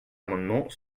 amendement